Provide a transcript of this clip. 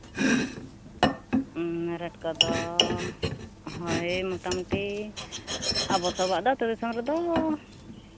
rate ᱠᱚᱫᱚ ᱦᱳᱭ ᱢᱚᱴᱟᱢᱩᱴᱤ ᱟᱵᱚ ᱥᱚᱵᱟᱜ ᱫᱚ ᱟᱹᱛᱩ ᱫᱤᱥᱚᱢ ᱨᱮᱫᱚ